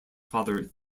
father